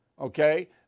okay